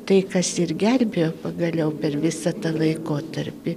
tai kas ir gelbėjo pagaliau per visą tą laikotarpį